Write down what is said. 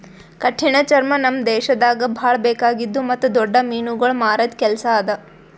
ಕಠಿಣ ಚರ್ಮ ನಮ್ ದೇಶದಾಗ್ ಭಾಳ ಬೇಕಾಗಿದ್ದು ಮತ್ತ್ ದೊಡ್ಡ ಮೀನುಗೊಳ್ ಮಾರದ್ ಕೆಲಸ ಅದಾ